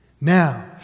Now